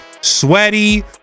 sweaty